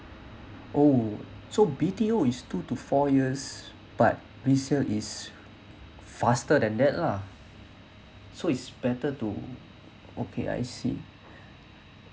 oh so B_T_O is two to four years but resale is faster than that lah so is better to okay I see